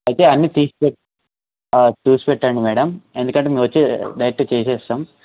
అయితే అన్నీ తీసి పెట్ట చూసి పెట్టండి మేడం ఎందుకంటే మేము వచ్చి డైరెక్టగా చేస్తాం